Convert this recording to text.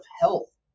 health